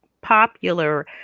popular